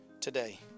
today